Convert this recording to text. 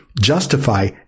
justify